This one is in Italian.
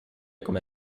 come